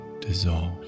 dissolve